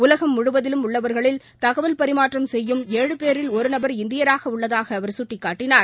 உலகம் முழுவதிலும் உள்ளவர்களில் தகவல் பரிமாற்றம் செய்யும் ஏழு பேரில் ஒருநபர் இந்தியராகஉள்ளதாகஅவர் சுட்டிக்காட்டினார்